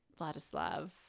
Vladislav